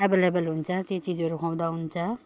available हुन्छ त्यो चिजहरू खुवाउँदा हुन्छ